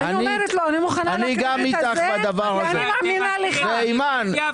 אני מאמינה לך.